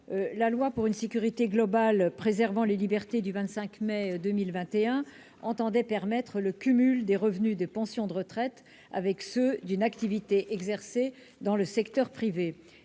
mai 2021 pour une sécurité globale préservant les libertés entendait permettre le cumul des revenus des pensions de retraite avec ceux d'une activité exercée dans le secteur privé.